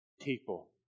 people